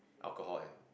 alcohol and